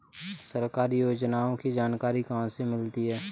सरकारी योजनाओं की जानकारी कहाँ से मिलती है?